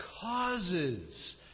causes